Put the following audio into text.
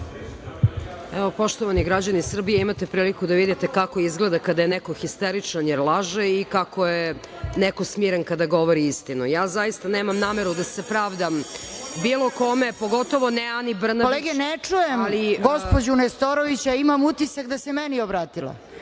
Poštovani građani Srbije, imate priliku da vidite kako izgleda kada je neko histeričan jer laže i kako je neko smiren kada govori istinu. Ja zaista nemam nameru da se pravdam bilo kome, pogotovo ne Ani Brnabić. **Snežana Paunović** Ne čujem gospođu Nestorović, a imam utisak da se meni obratila.